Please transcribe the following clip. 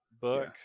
book